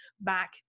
back